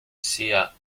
sia